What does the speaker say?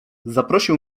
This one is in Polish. zaprosił